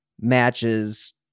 matches